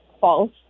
false